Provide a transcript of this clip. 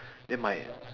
then my